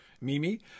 Mimi